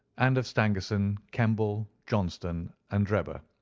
and of stangerson, kemball, johnston, and drebber,